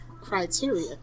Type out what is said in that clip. criteria